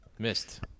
missed